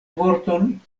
vorton